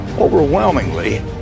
overwhelmingly